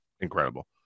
incredible